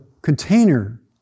container